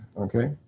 okay